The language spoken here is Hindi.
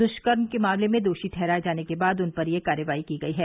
दुष्कर्म के मामले में दोषी ठहराये जाने के बाद उन पर यह कार्रवाई की गई है